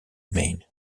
main